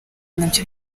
nabyo